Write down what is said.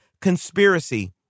conspiracy